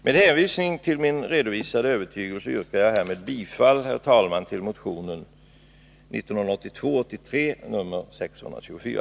Med hänvisning till min redovisade övertygelse yrkar jag härmed bifall, herr talman, till motion 1982/83:624.